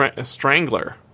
strangler